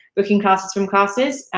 booking classes from classes.